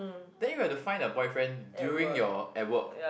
then you have to find a boyfriend during your at work